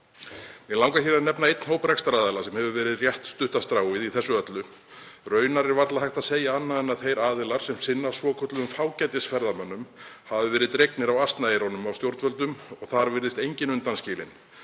Mig langar að nefna einn hóp rekstraraðila sem hefur verið rétt stutta stráið í þessu öllu. Raunar er varla hægt að segja annað en að þeir aðilar sem sinna svokölluðum fágætisferðamönnum hafi verið dregnir á asnaeyrunum af stjórnvöldum og þar virðist enginn undanskilinn,